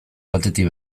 batetik